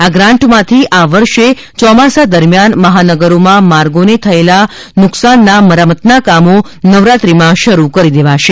આ ગ્રાન્ટમાંથી આ વર્ષે ચોમાસા દરમ્યાન મહાનગરોમાં માર્ગોને થયેલા નુકશાનના મરામતના કામો નવરાત્રીમાં શરૂ કરી દેવાશે